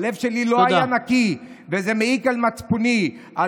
הלב שלי לא היה נקי וזה מעיק על מצפוני." תודה.